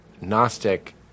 Gnostic